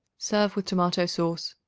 serve with tomato-sauce.